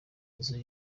nzu